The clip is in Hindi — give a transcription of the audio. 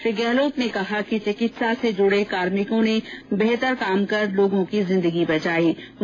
श्री गहलोतने कहा कि चिकित्सा से जुड़े कार्मिकों ने बेहतर कार्य कर लोगों की जिन्दगी बचायी